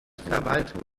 verwaltung